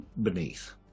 beneath